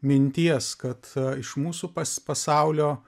minties kad iš mūsų pas pasaulio